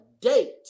date